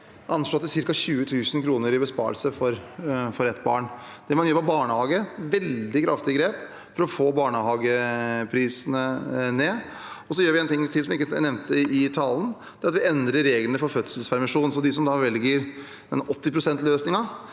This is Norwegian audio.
anslått til ca. 20 000 kr i besparelser for ett barn. Det man gjør på barnehage, er veldig kraftige grep for å få barnehageprisene ned. Så gjør vi en ting til, som jeg ikke nevnte i talen. Det er at vi endrer reglene for fødselspermisjon. De som da velger 80 pst.-løsningen,